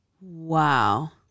Wow